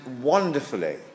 wonderfully